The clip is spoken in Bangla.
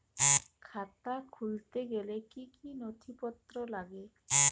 খাতা খুলতে গেলে কি কি নথিপত্র লাগে?